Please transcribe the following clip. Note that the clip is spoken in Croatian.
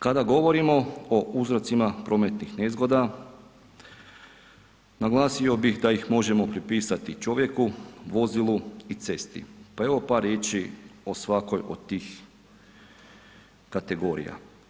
Kada govorimo o uzrocima prometnih nezgoda, naglasio bih da ih možemo pripisati čovjeku, vozilu i cesti pa evo par riječi o svakoj od tih kategorija.